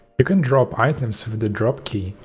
you can drop items with the drop key,